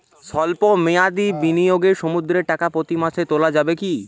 সল্প মেয়াদি বিনিয়োগে সুদের টাকা প্রতি মাসে তোলা যাবে কি?